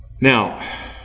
Now